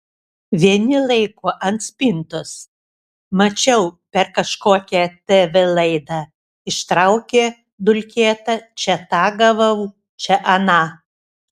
vieni laiko ant spintos mačiau per kažkokią tv laidą ištraukė dulkėtą čia tą gavau čia aną